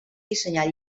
dissenyar